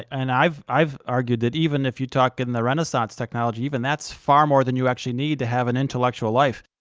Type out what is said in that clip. and i've i've argued that even if you talk in the renaissance technology, even that's far more than you actually need to have an intellectual life.